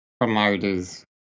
promoters